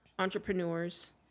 entrepreneurs